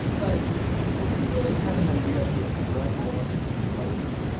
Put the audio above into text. but i didn't really have an idea for what i wanted to propose.